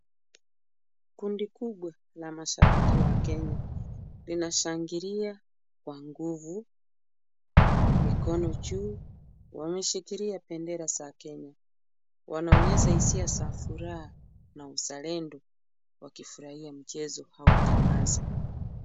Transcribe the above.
Kundi kubwa la mashabiki wa Kenya linashangalia kwa nguvu mikono juu. Wameshikilia bendera za Kenya. Wanaonyesha hisia za furaha na uzalendo wakifurahia mchezo au tamasha.